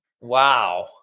Wow